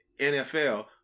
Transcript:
NFL